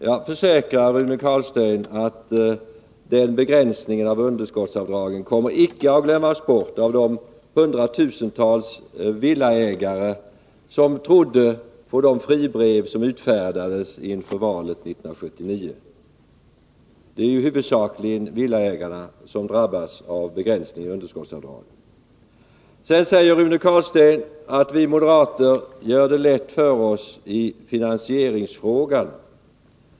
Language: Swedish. Jag försäkrar Rune Carlstein att den begränsningen av underskottsavdragen icke kommer att glömmas bort av de hundratusentals villaägare som trodde på de fribrev som utfärdades inför valet 1979. Det är ju huvudsakligen villaägarna som drabbas av begränsningen av underskottsavdragen. Rune Carlstein påstår att vi moderater gör det lätt för oss i finansieringsfrågan.